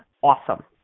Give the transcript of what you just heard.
awesome